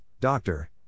doctor